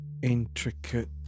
Intricate